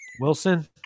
Wilson